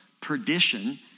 perdition